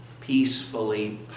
peacefully